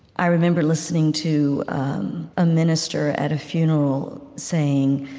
i remember listening to a minister at a funeral saying,